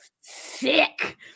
sick